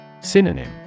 Synonym